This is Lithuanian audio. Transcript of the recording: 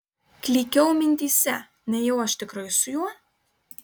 klykiau mintyse nejau aš tikrai su juo